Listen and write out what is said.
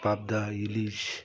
পাবদা ইলিশ